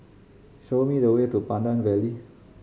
show me the way to Pandan Valley